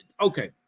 okay